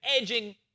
edging